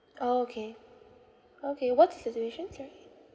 orh okay okay what situation sorry